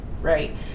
right